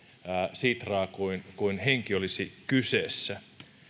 sitraa kuin kuin henki olisi kyseessä